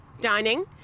dining